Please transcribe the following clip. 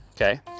okay